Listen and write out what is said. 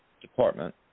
Department